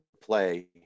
play